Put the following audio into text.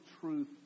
truth